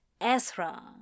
Ezra